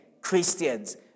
Christians